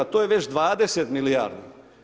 To je već 20 milijardi.